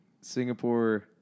Singapore